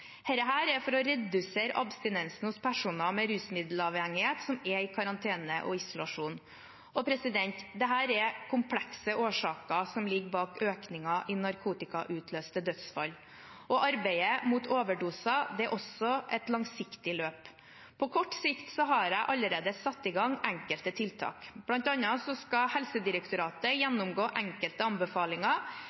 er for å redusere abstinensen hos personer med rusmiddelavhengighet som er i karantene og isolasjon. Det er komplekse årsaker som ligger bak økningen i narkotikautløste dødsfall. Arbeidet mot overdoser er også et langsiktig løp. På kort sikt har jeg allerede satt i gang enkelte tiltak. Blant annet skal Helsedirektoratet gjennomgå enkelte anbefalinger